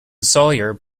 sawyer